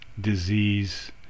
disease